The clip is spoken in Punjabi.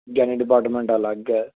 ਗਿਆਨੀ ਡਿਪਾਰਟਮੈਂਟ ਅਲੱਗ ਹੈ